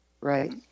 right